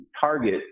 target